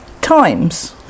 times